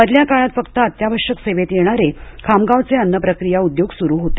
मधल्या काळात फक्त अत्यावश्यक सेवेत येणारे खामगाव चे अन्न प्रक्रीया उद्योग सुरू होते